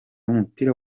w’umupira